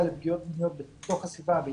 לפגיעות מיניות בתוך הסביבה הביתית.